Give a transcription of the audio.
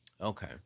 Okay